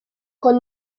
con